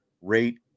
Rate